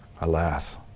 Alas